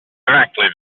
exactly